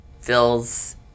feels